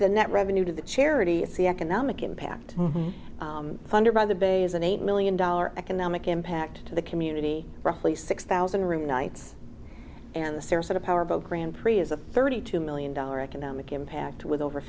the net revenue to the charity it's the economic impact funded by the bay is an eight million dollars economic impact to the community roughly six thousand room nights and the sarasota powerboat grand prix is a thirty two million dollar economic impact with over